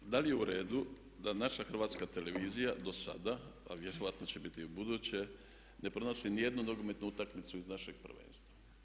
Ne znam da li je u redu da naša Hrvatska televizija do sada a vjerojatno će biti i u buduće ne prenosi ni jednu nogometnu utakmicu iz našeg prvenstva.